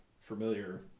familiar